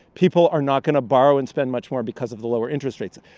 people are not going to borrow and spend much more because of the lower interest rates.